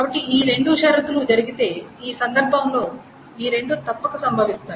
కాబట్టి ఈ రెండు షరతులు జరిగితే ఈ సందర్భంలో ఈ రెండు తప్పక సంభవిస్తాయి